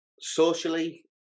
socially